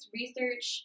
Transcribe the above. research